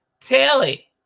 telly